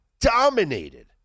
dominated